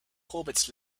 hobbits